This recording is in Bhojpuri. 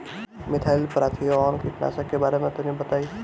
मिथाइल पाराथीऑन कीटनाशक के बारे में तनि बताई?